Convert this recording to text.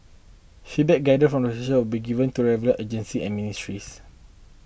feedback gathered from the session be given to the relevant agency and ministries